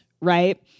right